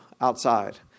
outside